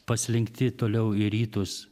paslinkti toliau į rytus